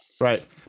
Right